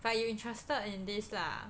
but you interested in this lah